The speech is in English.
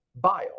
bile